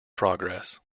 progress